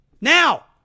Now